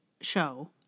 show